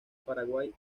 paraguay